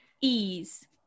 ease